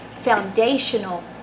foundational